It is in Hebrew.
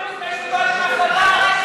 דיברתם אתנו לפני שקיבלתם החלטה?